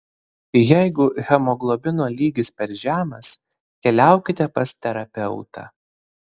jeigu hemoglobino lygis per žemas keliaukite pas terapeutą